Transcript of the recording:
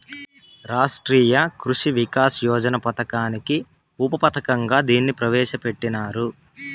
రాష్ట్రీయ కృషి వికాస్ యోజన పథకానికి ఉప పథకంగా దీన్ని ప్రవేశ పెట్టినారు